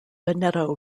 veneto